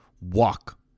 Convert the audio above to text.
walk